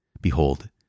Behold